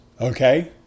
okay